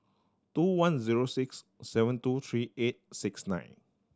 two one zero six seven two three eight six nine